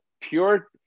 pure